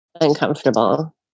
Uncomfortable